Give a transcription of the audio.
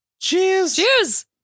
cheers